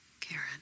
karen